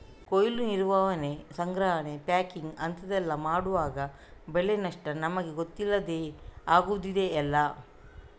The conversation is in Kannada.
ಕೊಯ್ಲು, ನಿರ್ವಹಣೆ, ಸಂಗ್ರಹಣೆ, ಪ್ಯಾಕಿಂಗ್ ಅಂತೆಲ್ಲ ಮಾಡುವಾಗ ಬೆಳೆ ನಷ್ಟ ನಮಿಗೆ ಗೊತ್ತಿಲ್ಲದೇ ಆಗುದಿದೆಯಲ್ಲ